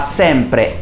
sempre